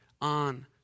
on